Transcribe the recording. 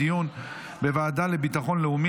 לוועדה לביטחון לאומי